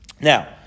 Now